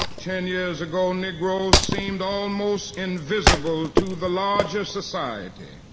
ten years ago, negroes seemed almost invisible to the larger society,